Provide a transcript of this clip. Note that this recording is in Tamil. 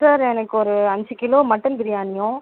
சார் எனக்கு ஒரு அஞ்சு கிலோ மட்டன் பிரியாணியும்